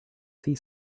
see